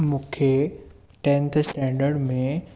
मूंखे tenth standard में